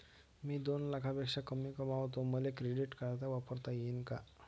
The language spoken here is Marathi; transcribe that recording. मी दोन लाखापेक्षा कमी कमावतो, मले क्रेडिट कार्ड वापरता येईन का?